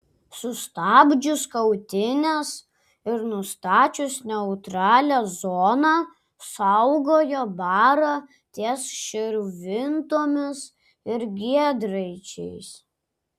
sustabdžius kautynes ir nustačius neutralią zoną saugojo barą ties širvintomis ir giedraičiais